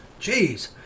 Jeez